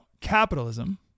capitalism